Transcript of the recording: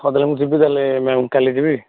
ହଉ ତା'ହେଲେ ମୁଁ ଯିବି ତା'ହେଲେ ମ୍ୟାମ୍ କାଲି ଯିବି